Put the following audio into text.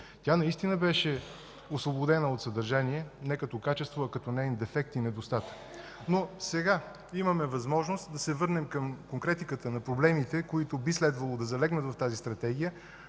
Тя наистина беше освободена от съдържание – не като качество, а като неин дефект и недостатък. Сега имаме възможност да се върнем към конкретиката на проблемите, които би следвало да залегнат в Стратегията,